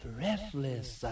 Breathless